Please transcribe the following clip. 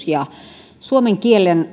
ja suomen kielen